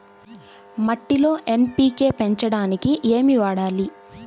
మట్టిలో ఎన్.పీ.కే పెంచడానికి ఏమి వాడాలి?